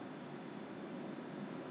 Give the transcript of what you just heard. then sort sort sort after that then yeah